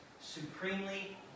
supremely